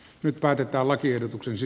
nyt päätetään lakiehdotuksensi